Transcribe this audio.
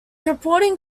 reporting